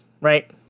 right